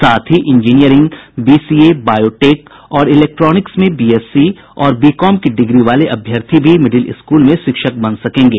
साथ ही engineering BCA biotech और इलेक्ट्रॉनिक्स में बीएससी और बीकॉम की डिग्री वाले अभ्यर्थी भी मिडिल स्कूल में शिक्षक बन सकेंगे